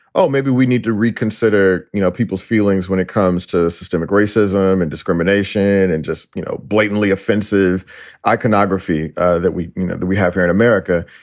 oh, maybe we need to reconsider, you know, people's feelings when it comes to systemic racism and discrimination and just, you know, blatantly offensive iconography that we know that we have here in america.